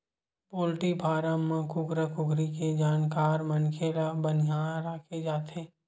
poultry farm म कुकरा कुकरी के जानकार मनखे ल बनिहार राखे जाथे